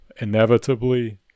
Inevitably